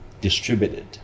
distributed